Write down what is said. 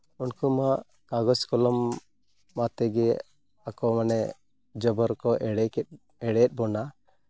ᱩᱱᱠᱩ ᱢᱟ ᱠᱟᱜᱚᱡᱽ ᱠᱚᱞᱚᱢ ᱟᱛᱮᱫ ᱜᱮ ᱟᱠᱚ ᱢᱟᱱᱮ ᱡᱚᱵᱚᱨ ᱠᱚ ᱮᱲᱮᱭᱮᱫ ᱵᱚᱱᱟ